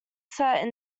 set